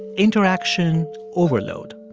interaction overload